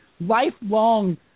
lifelong